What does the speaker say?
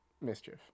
mischief